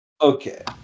Okay